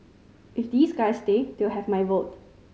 if these guys stay they'll have my vote